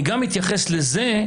אני אתייחס לזה,